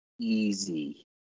easy